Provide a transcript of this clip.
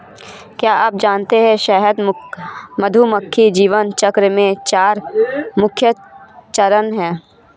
क्या आप जानते है शहद मधुमक्खी जीवन चक्र में चार मुख्य चरण है?